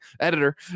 editor